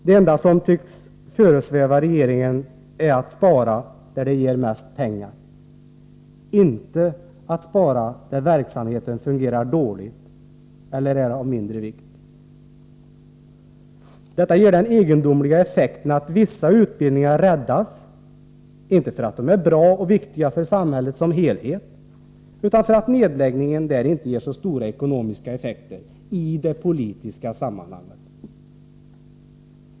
Det enda som tycks föresväva regeringen är att spara där det ger mest pengar, inte att spara där verksamheter fungerar dåligt eller är av mindre vikt. Detta ger den egendomliga effekten att vissa utbildningar räddas, inte för att de är bra och viktiga för samhället som helhet, utan för att nedläggningar där inte ger så stora ekonomiska effekter i det politiska sammanhanget.